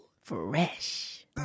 Fresh